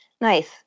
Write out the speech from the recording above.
Nice